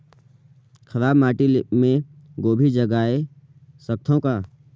खराब माटी मे गोभी जगाय सकथव का?